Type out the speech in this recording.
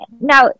now